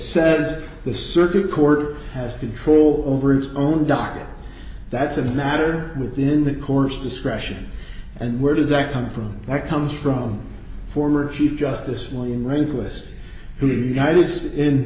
says the circuit court has control over its own docket that's of matter within the course discretion and where does that come from my comes from former chief justice